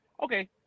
Okay